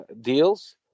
deals